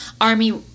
army